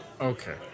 Okay